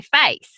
face